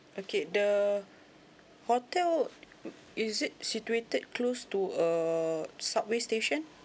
okay the hotel is it situated close to a subway station